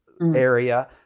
area